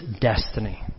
destiny